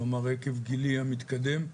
כלומר עקב גילי המתקדם,